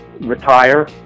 retire